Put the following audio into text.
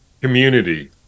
community